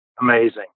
amazing